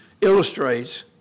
illustrates